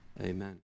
amen